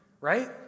right